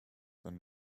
than